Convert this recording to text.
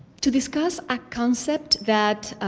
to discuss a concept that